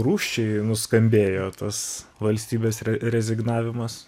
rūsčiai nuskambėjo tas valstybės re rezignavimas